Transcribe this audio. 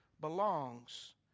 belongs